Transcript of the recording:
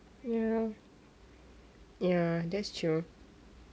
ya ya that's true